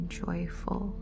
joyful